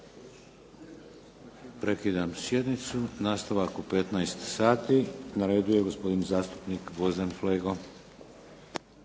Prekidam sjednicu. Nastavak u 15,00 sati. Na redu je gospodin zastupnik Gvozden Flego.